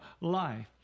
life